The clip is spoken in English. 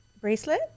bracelet